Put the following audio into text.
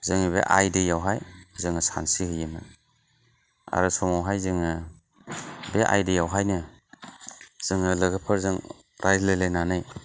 जोङो बे आइ दैआवहाय जों सानस्रिहैयोमोन आरो समावहाय जोङो बे आइ दैआवहायनो जोङो लोगोफोरजों रायज्लायलायनानै